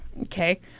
okay